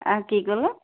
আ কি ক'লে